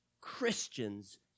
Christians